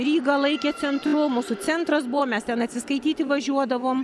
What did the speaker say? rygą laikė centru mūsų centras buvo mes ten atsiskaityti važiuodavom